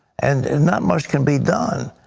and and not much can be done.